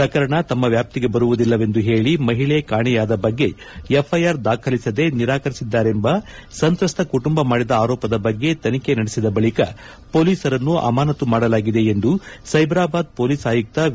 ಪ್ರಕರಣ ತಮ್ನ ವ್ಯಾಪ್ತಿಗೆ ಬರುವುದಿಲ್ಲವೆಂದು ಹೇಳಿ ಮಹಿಳೆ ಕಾಣೆಯಾದ ಬಗ್ಗೆ ಎಫ್ಐಆರ್ ದಾಖಲಿಸದೇ ನಿರಾಕರಿಸಿದ್ಲಾರೆಂಬ ಸಂತ್ರಸ್ತ ಕುಟುಂಬ ಮಾಡಿದ ಆರೋಪದ ಬಗ್ಗೆ ತನಿಖೆ ನಡೆಸಿದ ಬಳಿಕ ಮೊಲೀಸರನ್ನು ಅಮಾನತ್ತು ಮಾಡಲಾಗಿದೆ ಎಂದು ಸ್ನೆಬರಾಬಾದ್ ಮೊಲೀಸ್ ಆಯುಕ್ತ ವಿ